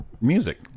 music